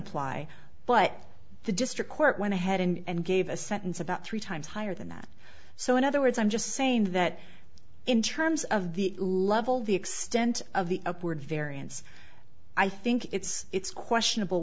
apply but the district court went ahead and gave a sentence about three times higher than that so in other words i'm just saying that in terms of the level the extent of the upward variance i think it's it's questionable